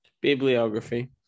Bibliography